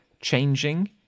changing